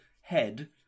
head